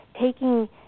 taking